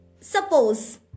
suppose